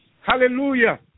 Hallelujah